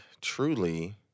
truly